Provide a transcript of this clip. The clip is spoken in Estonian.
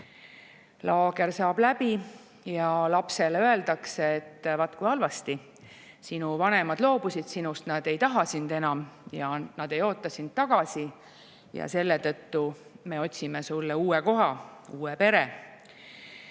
laager saab läbi ja lapsele öeldakse: "Vaat kui halvasti, sinu vanemad loobusid sinust, nad ei taha sind enam ja nad ei oota sind tagasi ja selle tõttu me otsime sulle uue koha, uue pere."